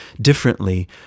differently